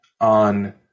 on